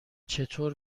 چطور